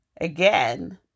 again